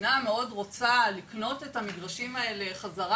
המדינה מאוד רוצה לקנות את המגרשים האלה חזרה